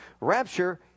Rapture